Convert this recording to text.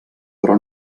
però